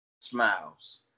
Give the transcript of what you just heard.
Smiles